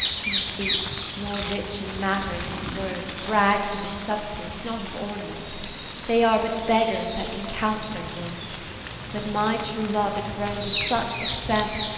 conceit, more rich in matter than in words, brags of his substance, not of ornament they are but beggars that can count their worth but my true love is grown to such excess,